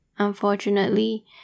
Unfortunately